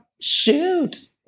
Shoot